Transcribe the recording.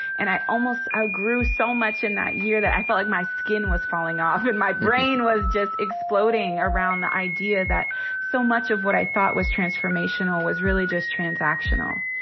and i ah grew so much in that year that i felt like my skin was falling off and my brain was just exploding around the idea that so much of what i thought was transformational was really just transactional.